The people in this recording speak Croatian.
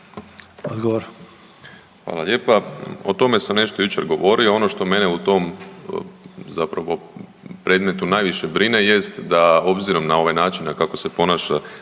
Odgovor.